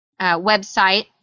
website